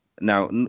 Now